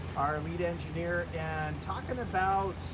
our lead engineer, and talking about